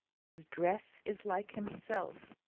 his dress is like himself.